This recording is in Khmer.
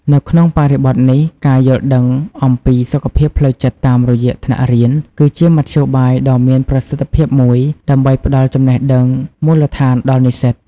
នៅក្នុងបរិបទនេះ ការយល់ដឹងអំពីសុខភាពផ្លូវចិត្តតាមរយៈថ្នាក់រៀនគឺជាមធ្យោបាយដ៏មានប្រសិទ្ធភាពមួយដើម្បីផ្ដល់ចំណេះដឹងមូលដ្ឋានដល់និស្សិត។